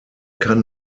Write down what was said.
kann